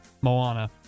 Moana